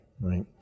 right